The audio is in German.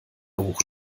hoch